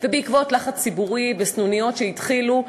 ובעקבות לחץ ציבורי וסנוניות שהתחילו,